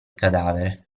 cadavere